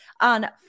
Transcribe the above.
on